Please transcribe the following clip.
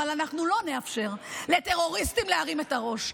אבל אנחנו לא נאפשר לטרוריסטים להרים את הראש.